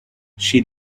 she